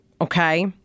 okay